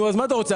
אז מה אתה רוצה?